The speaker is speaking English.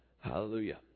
Hallelujah